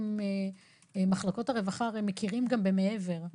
מחלקות הרווחה מכירים גם מעבר,